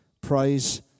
Praise